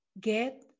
Get